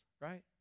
right